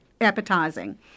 appetizing